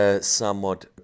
somewhat